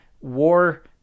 war